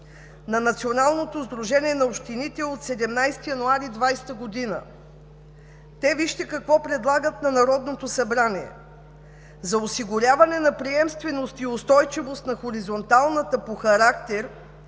на Националното сдружение на общините от 17 януари 2020 г. Вижте какво предлагат на Народното събрание: „За осигуряване на приемственост и устойчивост на хоризонталната по характер